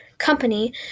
company